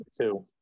two